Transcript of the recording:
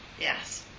Yes